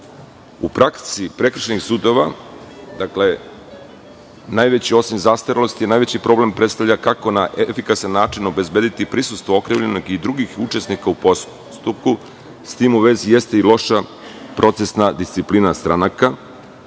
praksi prekršajnih sudova, dakle, najveći osim zastarelosti, najveći problem predstavlja kako na efikasan način obezbediti prisustvo okrivljenog i drugih učesnika u postupku. S tim u vezi jeste i loša procesna disciplina stranaka.